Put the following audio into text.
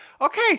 okay